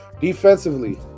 Defensively